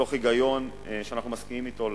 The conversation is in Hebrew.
מתוך היגיון, שאנחנו מסכימים אתו,